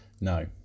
No